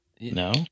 No